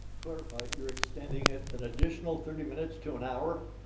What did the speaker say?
clarify. you're extending it an additional thirty minutes to an hour?